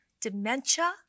dementia